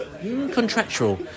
contractual